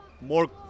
more